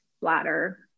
bladder